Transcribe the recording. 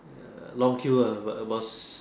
long queue ah but a bus